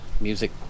music